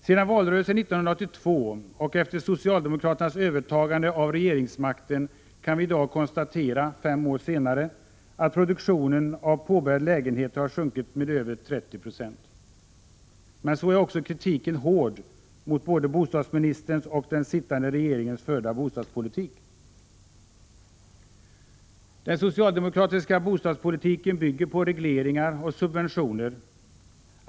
Sedan valrörelsen 1982 och efter socialdemokraternas övertagande av regeringsmakten kan vi i dag, fem år senare, konstatera att antalet påbörjade lägenheter har sjunkit med över 30 26. Men 4 så är också kritiken hård mot både bostadsministerns och den sittande regeringens förda bostadspolitik. Den socialdemokratiska bostadspolitiken bygger på regleringar och subventioner.